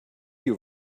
you